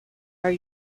are